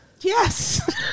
Yes